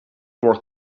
work